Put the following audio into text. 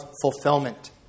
fulfillment